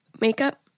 makeup